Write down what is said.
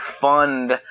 fund